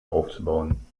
aufzubauen